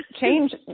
change